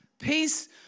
peace